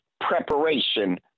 preparation